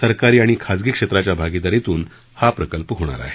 सरकारी आणि खाजगी क्षेत्राच्या भागीदारीतून हा प्रकल्प होणार आहे